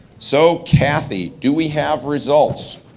so katy, do we have results?